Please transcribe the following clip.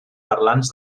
parlants